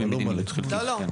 לא, לא.